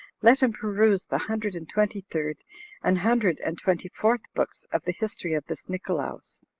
let him peruse the hundred and twenty-third and hundred and twenty-fourth books of the history of this nicolaus.